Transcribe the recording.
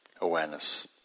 awareness